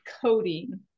coding